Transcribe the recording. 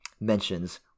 mentions